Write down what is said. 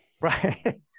Right